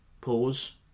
pause